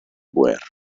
guerra